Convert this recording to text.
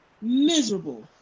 miserable